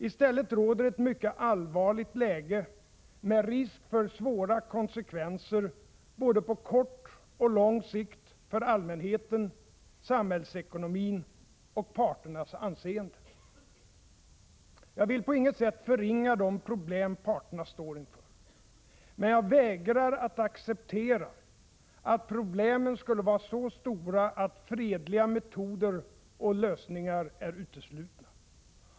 I stället råder ett mycket allvarligt läge, med risk för svåra konsekvenser på både kort och lång sikt för allmänheten, samhällsekonomin och parternas anseende. Jag vill på intet sätt förringa de problem parterna står inför. Men jag vägrar att acceptera att problemen skulle vara så stora att fredliga metoder och lösningar är uteslutna.